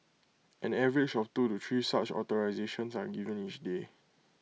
an average of two to three such authorisations are given each day